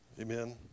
amen